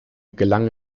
gelang